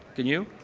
can you?